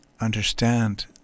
understand